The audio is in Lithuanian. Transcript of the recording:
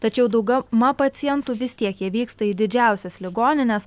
tačiau dauguma pacientų vis tiek jie vyksta į didžiausias ligonines